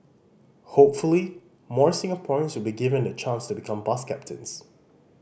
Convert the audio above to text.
hopefully more Singaporeans will be given the chance to become bus captains